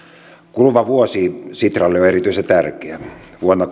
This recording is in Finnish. kuluva vuosi sitralle on erityisen tärkeä vuonna